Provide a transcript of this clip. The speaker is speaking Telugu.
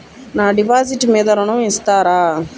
నా డిపాజిట్ మీద ఋణం ఇస్తారా?